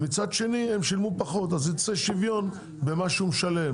אם אני צריך לשלם 1,000 שקל מכס על האוטו פלוס 200 שקל קנס,